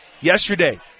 yesterday